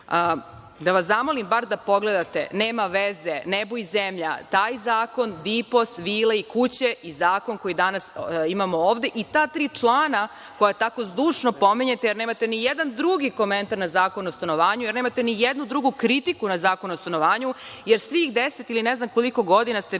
vas zamolim bar da pogledate. Nema veze, nebo i zemlja, taj zakon DIPOS, vile i kuće i zakon koji danas imamo ovde i ta tri člana koja tako zdušno pominjete, jer nemate nijedan drugi komentar na Zakon o stanovanju, jer nemate nijednu drugu kritiku na Zakon o stanovanju, jer svih deset ili ne znam koliko godina ste bili,